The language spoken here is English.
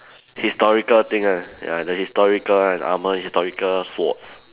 historical thing right ya the historical one armour historical swords